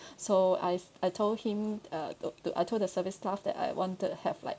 so I I told him uh to~ I told the service staff that I want to have like